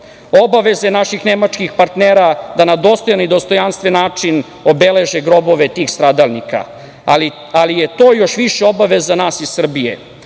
obaveze naših nemačkih partnera da na dostojan i dostojanstven način obeleže grobove tih stradalnika, ali je to još više obaveza nas iz Srbije,